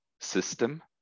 system